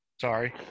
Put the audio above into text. sorry